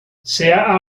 sea